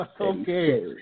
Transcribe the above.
Okay